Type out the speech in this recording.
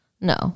No